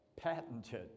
patented